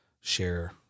share